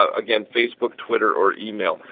ah again, facebook, twitter, or email.